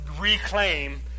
reclaim